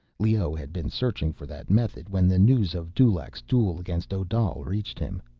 leoh had been searching for that method when the news of dulaq's duel against odal reached him.